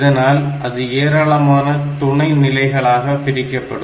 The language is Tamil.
இதனால் அது ஏராளமான துணை நிலைகளாக பிரிக்கப்படும்